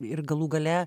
ir galų gale